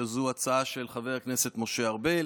שזו הצעה של חבר הכנסת משה ארבל,